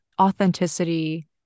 authenticity